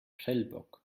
prellbock